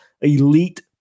elite